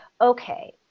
okay